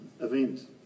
event